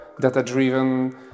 data-driven